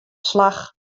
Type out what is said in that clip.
slach